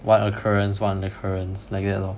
one occurrence one occurrence like that lor